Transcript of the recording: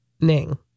Ning